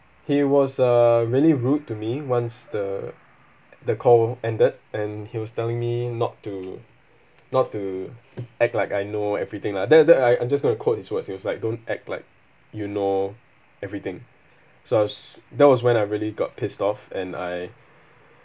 he was uh really rude to me once the the call ended and he was telling me not to not to act like I know everything lah that that I I'm just going to quote his words he was like don't act like you know everything so I was that was when I really got pissed off and I